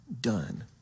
done